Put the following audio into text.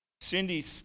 Cindy